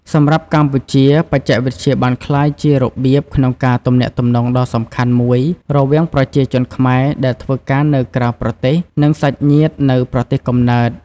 សម្រាប់កម្ពុជា បច្ចេកវិទ្យាបានក្លាយជារបៀបក្នុងការទំនាក់ទំនងដ៏សំខាន់មួយរវាងប្រជាជនខ្មែរដែលធ្វើការនៅក្រៅប្រទេស និងសាច់ញាតិនៅប្រទេសកំណើត។